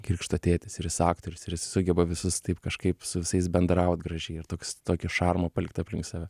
krikšto tėtis ir jis aktorius ir jisai sugeba visus taip kažkaip su visais bendraut gražiai ir toks tokį šarmą palikt aplink save